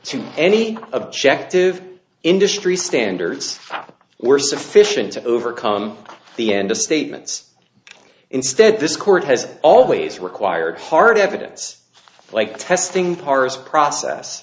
to any objective industry standards that were sufficient to overcome the end of statements instead this court has always required hard evidence like testing parr's process